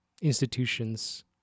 institutions